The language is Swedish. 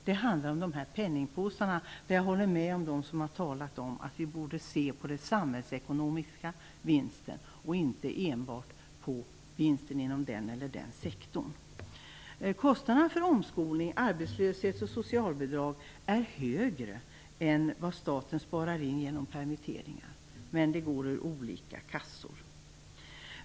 Det handlar om de här penningpåsarna, och jag håller med dem som har talat om att vi borde se till den samhällsekonomiska vinsten och inte enbart till vinsten inom den ena eller andra sektorn. Kostnaden för omskolning, arbetslöshets och socialbidrag är högre än vad staten sparar in genom permitteringar. Men det kommer ur olika kassor.